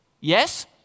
Yes